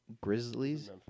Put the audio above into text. Grizzlies